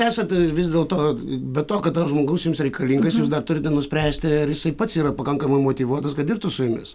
esat vis dėlto be to kad žmogus jums reikalingas jūs dar turite nuspręsti ar jisai pats yra pakankamai motyvuotas kad dirbtų su jumis